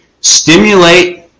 stimulate